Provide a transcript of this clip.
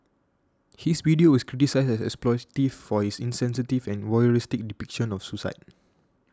his video was criticised as exploitative for his insensitive and voyeuristic depiction of suicide